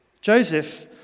Joseph